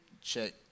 check